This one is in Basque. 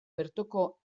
bertoko